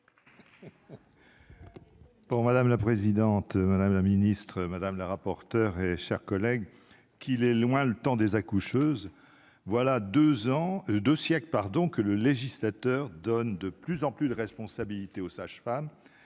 madame la présidente, madame la ministre, madame la rapporteure et chers collègues qu'il est loin le temps des accoucheuse voilà 2 ans, de siècle pardon que le législateur donne de plus en plus de responsabilités aux sages-femmes